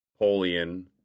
Polian